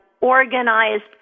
organized